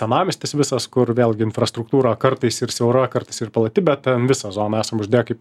senamiestis visas kur vėlgi infrastruktūra kartais ir siaura kartais ir plati bet ten visą zoną esam uždėję kaip